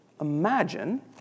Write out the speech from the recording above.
Imagine